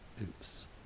Oops